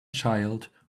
child